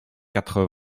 quatre